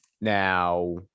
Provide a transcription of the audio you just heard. Now